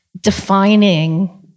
defining